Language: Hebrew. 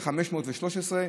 513,